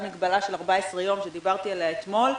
מגבלה של 14 יום שדיברתי עליה אתמול.